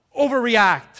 Overreact